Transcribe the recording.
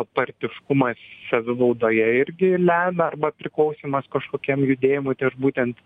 partiškumas savivaldoje irgi lemia arba priklausymas kažkokiam judėjimui tai aš būtent